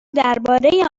درباره